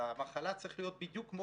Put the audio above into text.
במחלה צריך להיות בדיוק כמו